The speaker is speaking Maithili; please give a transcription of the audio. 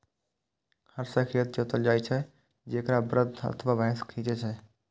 हर सं खेत जोतल जाइ छै, जेकरा बरद अथवा भैंसा खींचै छै